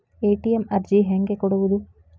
ATM ಅರ್ಜಿ ಹೆಂಗೆ ಕೊಡುವುದು?